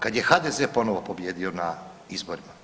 Kad je HDZ ponovo pobijedio na izborima.